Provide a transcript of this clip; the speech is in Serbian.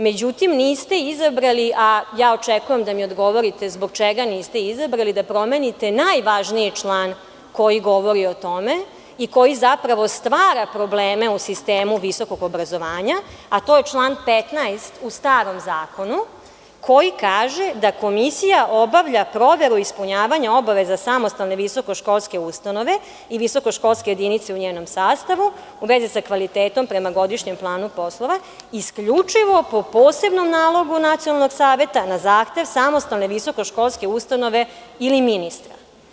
Međutim, niste izabrali, a ja očekujem da mi odgovorite, zbog čega niste izabrali da promenite najvažniji član koji govori o tome i koji zapravo stvara probleme u sistemu visokog obrazovanja, a to je član 15. u starom zakonu, koji kaže da komisija obavlja proveru ispunjavanja obaveza samostalne visoko školske ustanove i visoko školske jedinice u njenom sastavu u vezi sa kvalitetom prema godišnjem planu poslova, isključivo po posebnom nalogu Nacionalnog saveta, na zahtev samostalne visoko školske ustanove ili ministra.